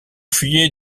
fuyez